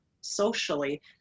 socially